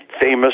famous